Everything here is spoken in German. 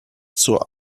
zur